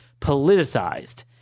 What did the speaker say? politicized